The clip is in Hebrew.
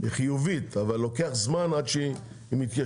היא חיובית, אבל לוקח זמן עד שהיא מתיישבת.